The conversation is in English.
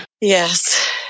Yes